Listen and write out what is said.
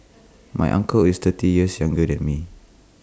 my uncle is thirty years younger than me